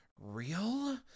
real